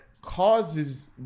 causes